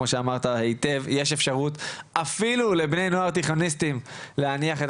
כמו שאמרת היטב ישנה אפשרות אפילו לבני נוער תיכוניסטים להניח את